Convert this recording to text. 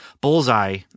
Bullseye